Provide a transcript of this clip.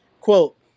quote